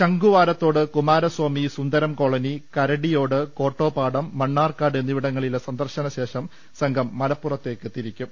ശംഖുവാരത്തോട് കുമാരസ്ഥാമി സുന്ദരംകോളനി കരടിയോട് കോട്ടോപ്പാടം മണ്ണാർക്കാട് എന്നിവിടങ്ങളിലെ സന്ദർശനശേഷം സംഘം ദ്ദ മലപ്പുറത്തേയ്ക്ക് തിരിക്കും